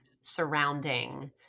surrounding